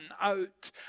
out